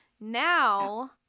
Now